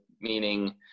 meaning